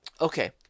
okay